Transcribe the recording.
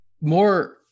more